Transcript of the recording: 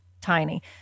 tiny